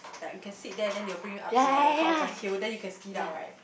like you can sit there then they will bring you up to like a top of the hill then you can ski down right